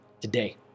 today